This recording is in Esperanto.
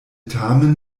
tamen